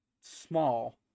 small